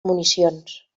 municions